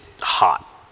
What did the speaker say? hot